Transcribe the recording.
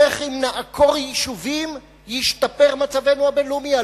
איך אם נעקור יישובים ישתפר מצבנו הבין-לאומי?